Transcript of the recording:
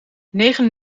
negen